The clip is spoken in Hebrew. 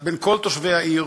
בין כל תושבי העיר,